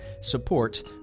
Support